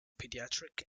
pediatric